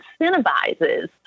incentivizes